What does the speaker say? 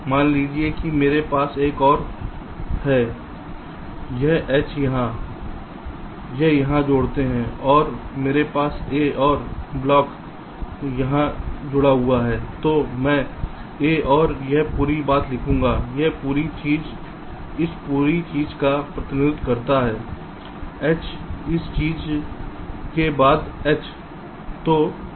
मान लीजिए कि मेरे पास एक और है यह H यहां यह यहां जोड़ता है और मेरे पास a और ब्लॉक यहां जुड़ा हुआ है तो मैं a और यह पूरी बात लिखूंगा यह पूरी चीज इस पूरी चीज का प्रतिनिधित्व करती है H इस पूरी चीज के बाद H